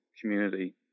community